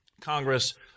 Congress